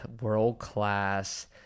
world-class